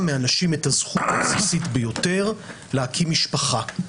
מאנשים את הזכות הבסיסית ביותר להקים משפחה.